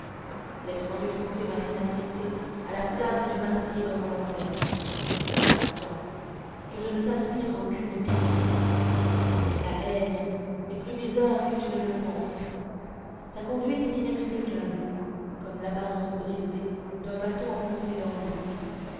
laisse-moi réchauffer ma ténacité à la flamme du martyre volontaire va-t'en que je ne t'inspire aucune pitié la haine est plus bizarre que tu ne le penses sa conduite est inexplicable comme l'apparence brisée d'un bâton enfoncé dans l'eau